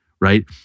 right